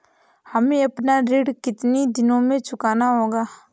हमें अपना ऋण कितनी दिनों में चुकाना होगा?